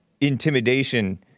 intimidation